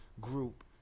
group